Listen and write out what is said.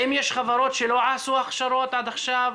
האם יש חברות שלא עשו הכשרות עד עכשיו?